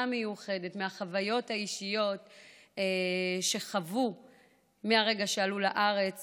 המיוחדת מהחוויות האישיות שחווה מהרגע שעלה לארץ